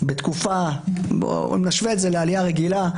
אם נשווה את זה לעלייה רגילה,